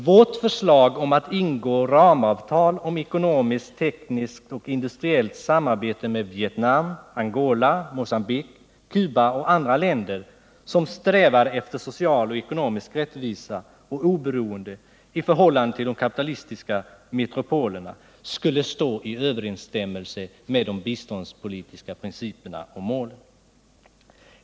Vårt förslag om att ingå ramavtal om ekonomiskt, tekniskt och internationellt samarbete med Vietnam, Angola, Mocambique, Cuba och andra länder, som strävar efter social och ekonomisk rättvisa och oberoende i förhållande till de kapitalistiska metropolerna, skulle stå i överensstämmelse med de biståndspolitiska principerna och målen.